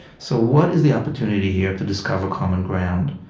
so what is the opportunity here to discover common ground,